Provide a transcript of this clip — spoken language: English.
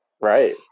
right